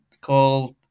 called